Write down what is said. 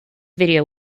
video